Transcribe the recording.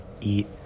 eat